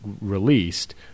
released